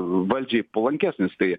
valdžiai palankesnis tai